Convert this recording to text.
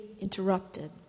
interrupted